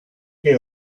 que